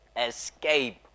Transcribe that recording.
Escape